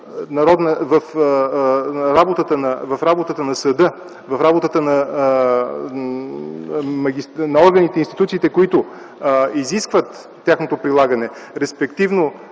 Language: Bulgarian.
в работата на съда, в работата на органите и институциите, които изискват тяхното прилагане, респективно